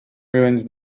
ruins